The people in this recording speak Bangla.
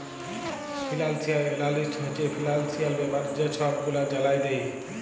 ফিলালশিয়াল এলালিস্ট হছে ফিলালশিয়াল ব্যাপারে যে ছব গুলা জালায় দেই